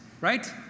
right